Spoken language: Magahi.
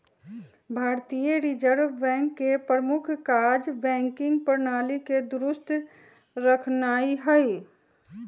भारतीय रिजर्व बैंक के प्रमुख काज़ बैंकिंग प्रणाली के दुरुस्त रखनाइ हइ